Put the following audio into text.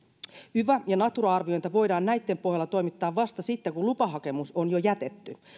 yva ja natura arvioita voidaan näitten pohjalta toimittaa vasta sitten kun lupahakemus on jo jätetty